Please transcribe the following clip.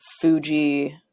Fuji